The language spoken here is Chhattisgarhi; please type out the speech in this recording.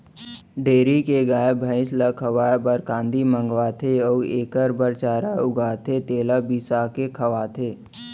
डेयरी के गाय, भँइस ल खवाए बर कांदी मंगवाथें अउ एकर बर चारा उगाथें तेला बिसाके खवाथें